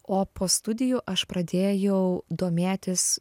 o po studijų aš pradėjau domėtis